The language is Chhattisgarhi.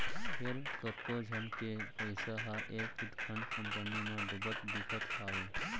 फेर कतको झन के पइसा ह ए चिटफंड कंपनी म डुबत दिखत हावय